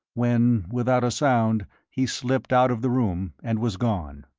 when without a sound he slipped out of the room and was gone.